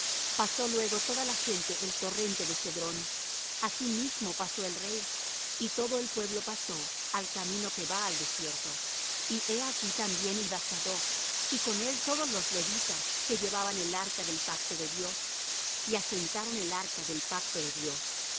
pasó luego toda la gente el torrente de cedrón asimismo pasó el rey y todo el pueblo pasó al camino que va al desierto y he aquí también iba sadoc y con él todos los levitas que llevaban el arca del pacto de dios y asentaron el arca del pacto de dios